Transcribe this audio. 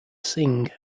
sing